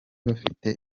bafite